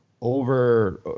over